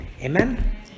amen